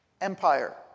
empire